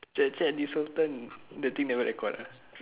chat chat this whole time the thing never record uh